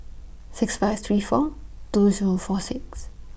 six five three four two Zero four six